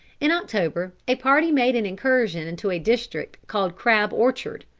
in october a party made an incursion into a district called crab orchard.